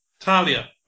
Talia